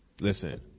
listen